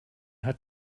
hat